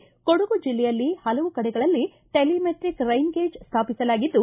ಕೊಡಗು ಜಿಲ್ಲೆಯಲ್ಲಿ ಹಲವು ಕಡೆಗಳಲ್ಲಿ ಟೆಲಿಮೆಟ್ರಕ್ ರೈನ್ ಗೇಜ್ ಸ್ಥಾಪಿಸಲಾಗಿದ್ದು